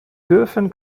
dürfen